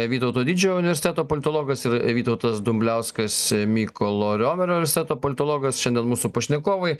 vytauto didžiojo universiteto politologas ir vytautas dumbliauskas mykolo riomerio universiteto politologas šiandien mūsų pašnekovai